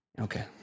Okay